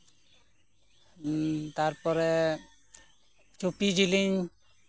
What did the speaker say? ᱩᱸ ᱛᱟᱨᱯᱚᱨᱮ ᱪᱩᱯᱤ ᱡᱮᱞᱮᱧ